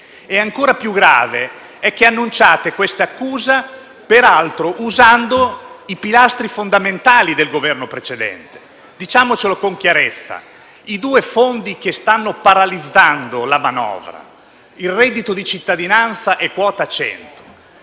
Ancora più grave è che annunciate l'accusa usando i pilastri fondamentali del Governo precedente. Diciamocelo con chiarezza: i due fondi che stanno paralizzando la manovra sono il reddito di cittadinanza e quota 100.